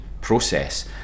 process